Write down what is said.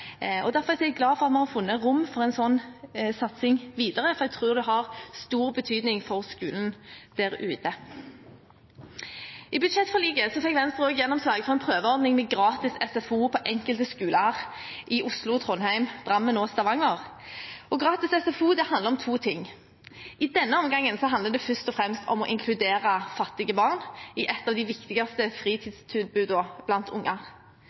Derfor er jeg glad for at man har funnet rom for en slik satsing videre, for jeg tror det har stor betydning for skolen der ute. I budsjettforliket fikk Venstre også gjennomslag for en prøveordning med gratis SFO på enkelte skoler i Oslo, Trondheim, Drammen og Stavanger. Gratis SFO handler om to ting. I denne omgang handler det først og fremst om å inkludere fattige barn i et av de viktigste fritidstilbudene blant